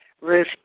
Ruth